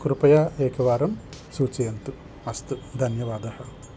कृपया एकवारं सूचयन्तु अस्तु धन्यवादः